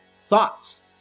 thoughts